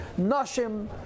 Nashim